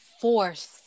force